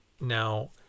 Now